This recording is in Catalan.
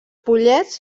pollets